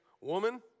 Woman